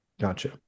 gotcha